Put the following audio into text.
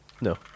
No